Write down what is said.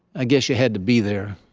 i guess you had to be there.